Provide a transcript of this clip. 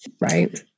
Right